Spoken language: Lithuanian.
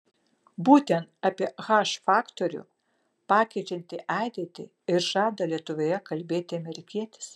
būtent apie h faktorių pakeičiantį ateitį ir žada lietuvoje kalbėti amerikietis